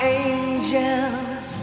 angels